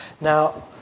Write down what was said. now